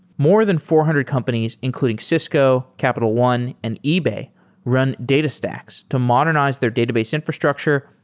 more than four hundred companies including cisco, capital one, and ebay run datastax to modernize their database infrastructure,